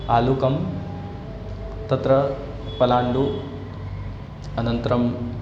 आलुकं तत्र पलाण्डुः अनन्तरम्